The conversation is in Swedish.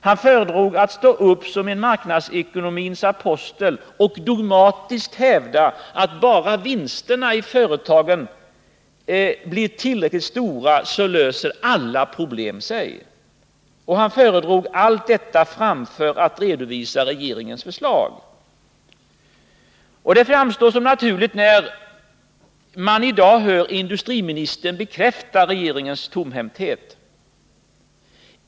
Han föredrog att stå upp som en marknadsekonomins apostel och dogmatiskt hävda att bara vinsterna i företagen blir tillräckligt stora, så löser sig alla problem. Han föredrog allt detta framför att redovisa regeringens förslag. Och det framstår som naturligt när man i dag hör industriministern bekräfta regeringens tomhänthet.